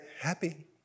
happy